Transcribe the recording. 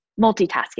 multitasking